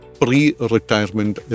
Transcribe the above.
pre-retirement